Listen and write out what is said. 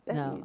no